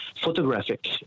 photographic